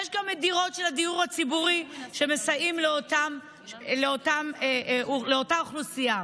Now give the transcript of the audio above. יש גם דירות של הדיור הציבורי שמסייעות לאותה אוכלוסייה,